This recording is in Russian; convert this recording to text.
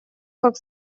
как